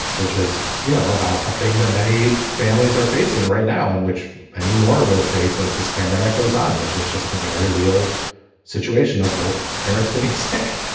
which, as you know, about a thing that many families are facing right now in which many more will face as this pandemic goes on, which is just the very real situation of both parents getting sick.